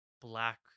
black